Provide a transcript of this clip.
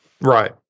Right